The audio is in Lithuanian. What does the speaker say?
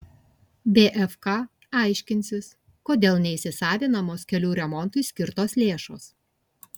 bfk aiškinsis kodėl neįsisavinamos kelių remontui skirtos lėšos